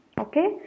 okay